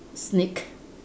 sneak